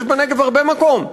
יש בנגב הרבה מקום,